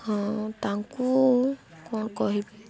ହଁ ତାଙ୍କୁ କ'ଣ କହିବି